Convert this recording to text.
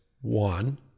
One